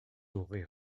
aurez